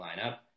lineup